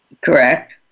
Correct